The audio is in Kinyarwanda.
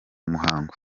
muhango